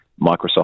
Microsoft